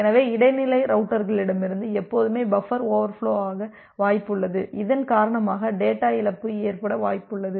எனவே இடைநிலை ரௌட்டர்கலிருந்து எப்போதுமே பஃபர் ஓவர்ஃபோலோ ஆக வாய்ப்பு உள்ளது இதன் காரணமாக டேட்டா இழப்பு ஏற்பட வாய்ப்புள்ளது